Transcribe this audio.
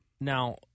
Now